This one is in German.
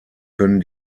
können